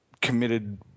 committed